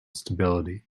stability